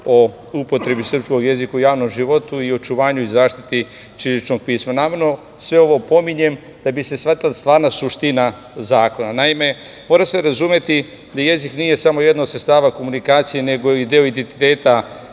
o upotrebi srpskog jezika u javnom životu i očuvanju i zaštiti ćiriličnog pisma. Namerno sve ovo pominjem da bi se shvatila stvarna suština zakona. Naime, mora se razumeti da jezik nije samo jedno od sredstava komunikacije, nego i deo identiteta